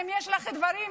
ואם יש לך דברים,